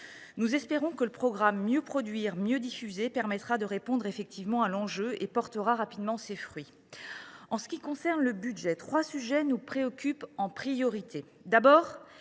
nous espérons que le plan Mieux produire, mieux diffuser permettra de répondre effectivement à l’enjeu et portera rapidement ses fruits. En ce qui concerne le budget de la création, trois sujets nous préoccupent.